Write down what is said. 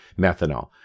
methanol